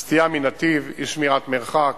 סטייה מנתיב, אי-שמירת מרחק,